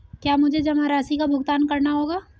क्या मुझे जमा राशि का भुगतान करना होगा?